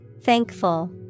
Thankful